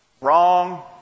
Wrong